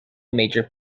major